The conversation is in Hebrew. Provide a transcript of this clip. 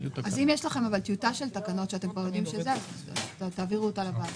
אם יש לכם טיוטה של תקנות, תעבירו אותה לוועדה.